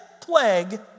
plague